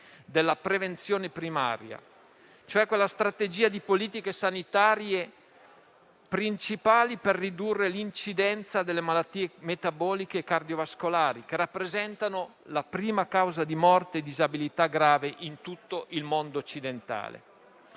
della prevenzione primaria, cioè quella strategia di politiche sanitarie principali per ridurre l'incidenza delle malattie metaboliche e cardiovascolari, che rappresentano la prima causa di morte e disabilità grave in tutto il mondo occidentale.